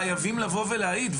חייבים לבוא ולהעיד,